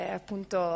appunto